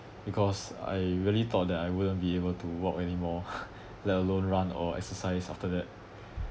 because I really thought that I wouldn't be able to walk anymore let alone run or exercise after that